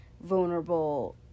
vulnerable